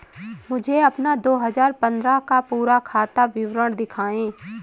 मुझे अपना दो हजार पन्द्रह का पूरा खाता विवरण दिखाएँ?